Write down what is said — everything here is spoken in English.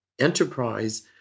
enterprise